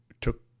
took